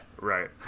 Right